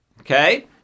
Okay